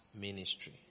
ministry